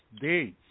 days